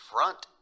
Front